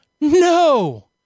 No